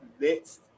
next